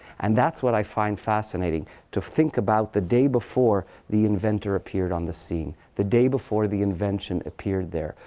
and that's what i find fascinating, to think about the day before the inventor appeared on the scene, the day before the invention appeared there.